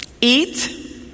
Eat